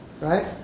right